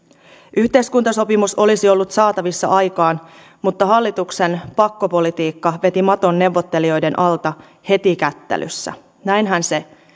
yhteiskuntasopimus olisi ollut saatavissa aikaan mutta hallituksen pakkopolitiikka veti maton neuvottelijoiden alta heti kättelyssä näinhän se